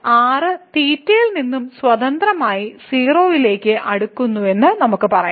r തീറ്റയിൽ നിന്ന് സ്വതന്ത്രമായി 0 ലേക്ക് അടുക്കുന്നുവെന്ന് നമുക്ക് പറയാം